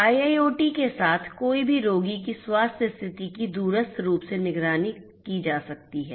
IIoT के साथ कोई भी रोगी की स्वास्थ्य स्थिति की दूरस्थ रूप से निगरानी कर सकता है